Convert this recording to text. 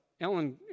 Ellen